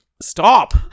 Stop